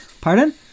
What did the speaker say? Pardon